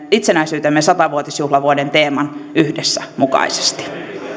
itsenäisyytemme sata vuotisjuhlavuoden yhdessä teeman mukaisesti